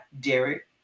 Derek